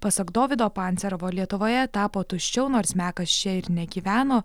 pasak dovydo pancerovo lietuvoje tapo tuščiau nors mekas čia ir negyveno